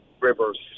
rivers